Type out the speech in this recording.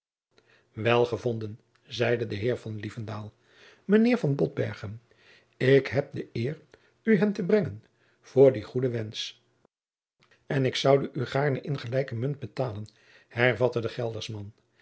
wel gevonden zeide de heer van lievendaal mijnheer van botbergen ik heb de eer u hem te brengen voor dien goeden wensch en ik zoude u gaarne in gelijke munt betalen hervatte de gelderschman